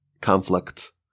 conflict